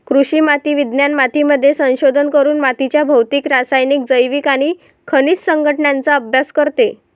कृषी माती विज्ञान मातीमध्ये संशोधन करून मातीच्या भौतिक, रासायनिक, जैविक आणि खनिज संघटनाचा अभ्यास करते